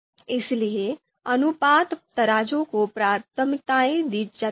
इसलिए अनुपात तराजू को प्राथमिकता दी जाती है